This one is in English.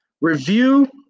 Review